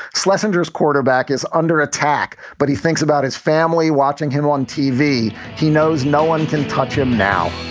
schlessinger's quarterback is under attack, but he thinks about his family watching him on tv he knows no one can touch him now